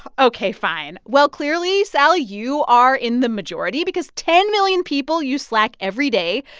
ok, fine. well, clearly, sally, you are in the majority because ten million people use slack every day.